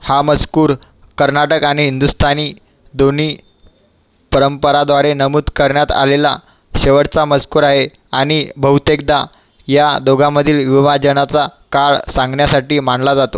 हा मसकूर कर्नाटक आणि हिंदुस्तानी दोन्ही परंपराद्वारे नमूद करण्यात आलेला शेवटचा मजकूर आहे आनि बहुतेकदा या दोघामधील विभाजनाचा काळ सांगण्यासाठी मानला जातो